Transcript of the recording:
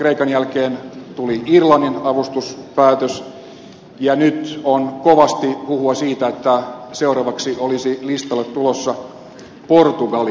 kreikan jälkeen tuli irlannin avustuspäätös ja nyt on kovasti huhua siitä että seuraavaksi olisi listalle tulossa portugali